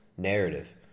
narrative